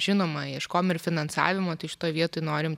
žinoma ieškojom ir finansavimo tai šitoj vietoj norim